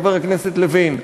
חבר הכנסת לוין.